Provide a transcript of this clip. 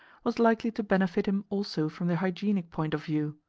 was likely to benefit him also from the hygienic point of view.